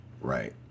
Right